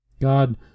God